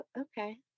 Okay